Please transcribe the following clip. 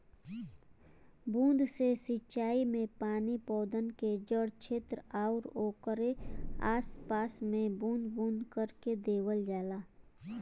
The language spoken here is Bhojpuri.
बूंद से सिंचाई में पानी पौधन के जड़ छेत्र आउर ओकरे आस पास में बूंद बूंद करके देवल जाला